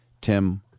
Tim